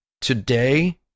today